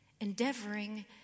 Endeavoring